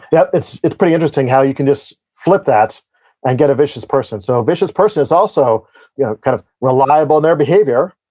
yeah. it's it's pretty interesting how you can just flip that and get a vicious person. so, a vicious person is also yeah kind of reliable in their behavior,